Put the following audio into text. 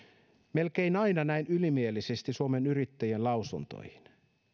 melkein aina näin ylimielisesti suomen yrittäjien lausuntoihin